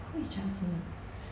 who is chelsea